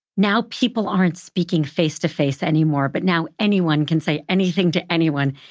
now people aren't speaking face to face anymore, but now anyone can say anything to anyone,